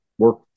work